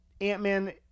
Ant-Man